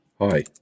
Hi